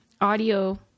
audio